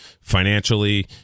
financially